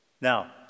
Now